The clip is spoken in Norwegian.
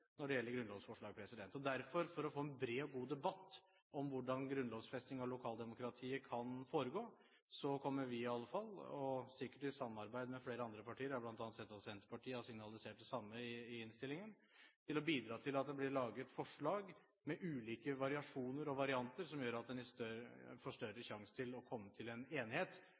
når det gjelder grunnlovsforslag. Derfor, for å få en bred og god debatt om hvordan grunnlovfesting av lokaldemokratiet kan foregå, kommer vi i alle fall, og sikkert i samarbeid med flere andre partier – jeg har bl.a. sett at Senterpartiet har signalisert det samme i innstillingen – til å bidra til at det blir laget forslag med ulike variasjoner og varianter, som gjør at en får større sjanse til å komme til en enighet